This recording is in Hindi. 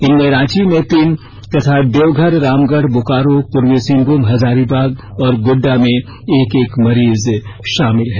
इनमें रांची में तीन तथा देवघर रामगढ़ बोकारो पूर्वी सिंहभूम हजारीबाग गोड़डा में एक एक मरीज शामिल हैं